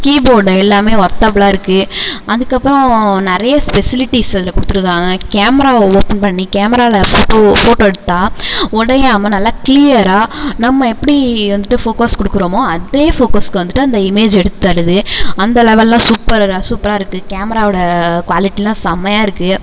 keyboard எல்லாமே ஒர்த்தபுளாக இருக்குது அதுக்கப்புறம் நிறைய ஸ்பெசிலிட்டீஸ் அதில் கொடுத்துருக்காங்க கேமராவை ஓப்பன் பண்ணி கேமராவில ஃபோட்டோ ஃபோட்டோ எடுத்தால் உடையாம நல்லா க்ளியராக நம்ம எப்படி வந்துட்டு ஃபோக்கோஸ் கொடுக்குறோமோ அதே ஃபோக்கஸ்க்கு வந்துட்டு அந்த இமேஜ் எடுத்து தருது அந்த லெவல்லாம் சூப்பர் சூப்பராக இருக்குது கேமராவோட குவாலிட்டியெலாம் செம்மையாக இருக்குது